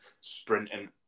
sprinting